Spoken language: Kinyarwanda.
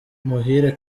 muhire